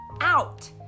out